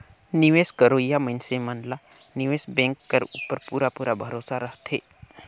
निवेस करोइया मइनसे मन ला निवेस बेंक कर उपर पूरा पूरा भरोसा रहथे